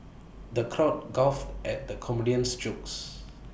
the crowd guffawed at the comedian's jokes